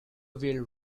will